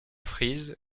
frise